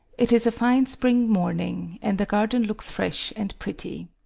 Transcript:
it is a fine spring morning and the garden looks fresh and pretty.